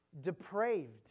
depraved